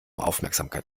aufmerksamkeit